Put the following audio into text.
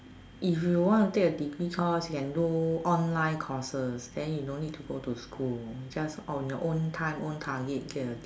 if you want to take a degree course you can do online courses then you don't need to go to school just on your own time own target